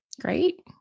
Great